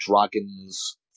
dragons